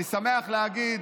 אני שמח להגיד